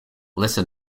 lesser